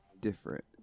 different